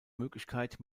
möglichkeit